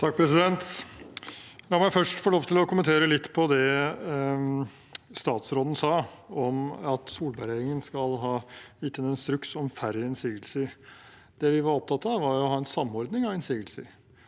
(H) La meg først få lov til å kommentere litt det statsråden sa om at Solberg-regjeringen skal ha gitt en instruks om færre innsigelser. Det vi var opptatt av, var å ha en samordning av innsigelser,